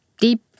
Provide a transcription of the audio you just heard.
deep